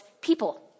people